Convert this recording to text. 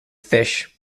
fish